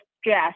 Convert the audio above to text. stress